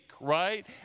right